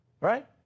right